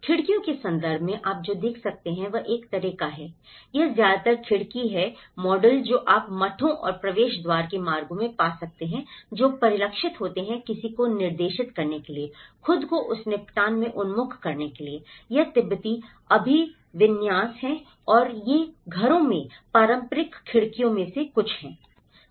खिड़कियों के संदर्भ में आप जो देख सकते हैं वह एक तरह का है यह ज्यादातर खिड़की है मॉडल जो आप मठों और प्रवेश द्वार के मार्गों में पा सकते हैं जो परिलक्षित होते हैं किसी को निर्देशित करने के लिए खुद को उस निपटान में उन्मुख करने के लिए यह तिब्बती अभिविन्यास है और ये घरों में पारंपरिक खिड़कियों में से कुछ हैं